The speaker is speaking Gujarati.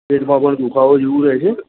પેટમાં પણ દુઃખાવો જેવું રહે છે